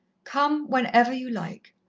come whenever you like.